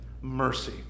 Mercy